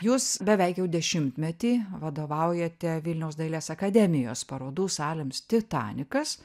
jūs beveik jau dešimtmetį vadovaujate vilniaus dailės akademijos parodų salėms titanikas